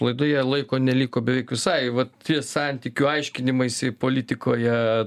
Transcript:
laidoje laiko neliko beveik visai vat santykių aiškinimaisi politikoje